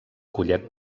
collet